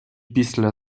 після